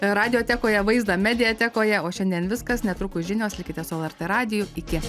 radiotekoje vaizdą mediatekoje o šiandien viskas netrukus žinios likite su lrt radiju iki